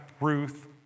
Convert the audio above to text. Ruth